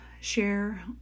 share